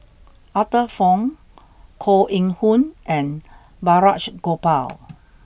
Arthur Fong Koh Eng Hoon and Balraj Gopal